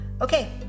Okay